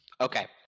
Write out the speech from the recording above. okay